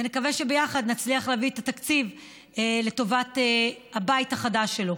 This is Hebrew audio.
ונקווה שביחד נצליח להביא את התקציב לטובת הבית החדש שלו.